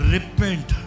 Repent